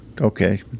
Okay